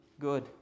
good